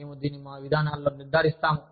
మేము దీన్ని మా విధానాలలోనే నిర్ధారిస్తాము